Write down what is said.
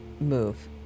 move